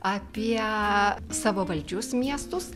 apie savivaldžius miestus